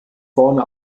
vorne